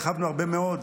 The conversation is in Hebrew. הרחבנו הרבה מאוד